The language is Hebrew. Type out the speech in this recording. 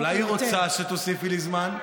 אולי היא רוצה שתוסיפי לי זמן?